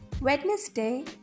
Wednesday